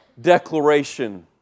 declaration